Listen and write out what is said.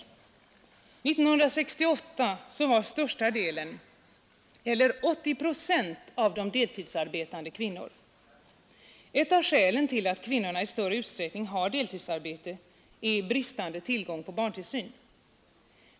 År 1968 var största delen eller 80 procent av de deltidsarbetande kvinnor. Ett av skälen till att kvinnorna i större utsträckning än männen har deltidsarbete är bristande tillgång på barntillsyn.